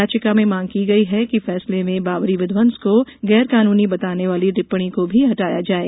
यचिका में मांग की गई है कि फैसले में बाबरी विध्वंस को गैरकानूनी बताने वाली टिप्पणी को भी हटाया जाये